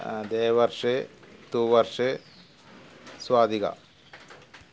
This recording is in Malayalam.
ദേവർഷ് തുവർഷ് സ്വാതിക